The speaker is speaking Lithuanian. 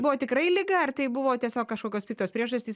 buvo tikrai liga ar tai buvo tiesiog kažkokios kitos priežastys